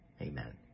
Amen